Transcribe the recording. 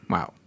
Wow